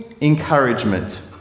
Encouragement